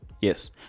Yes